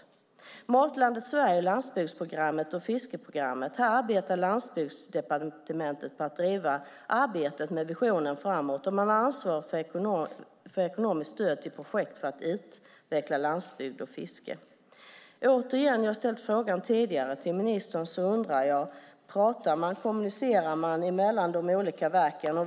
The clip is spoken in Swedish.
När det gäller Matlandet Sverige, landsbygdsprogrammet och fiskeprogrammet arbetar Landsbygdsdepartementet för att driva arbetet med visionen framåt, och man har ansvaret för ekonomiskt stöd till projekt för att utveckla landsbygd och fiske. Återigen - jag har ställt frågan tidigare till ministern - undrar jag: Kommunicerar man mellan de olika verken?